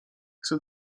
chcę